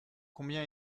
combien